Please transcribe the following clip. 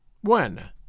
When